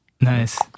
Nice